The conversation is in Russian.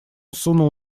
сунул